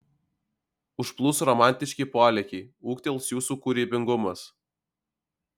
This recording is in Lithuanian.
užplūs romantiški polėkiai ūgtels jūsų kūrybingumas